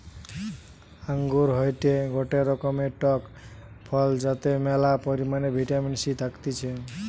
আঙ্গুর হয়টে গটে রকমের টক ফল যাতে ম্যালা পরিমাণে ভিটামিন সি থাকতিছে